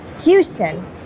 Houston